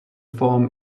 form